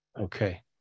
okay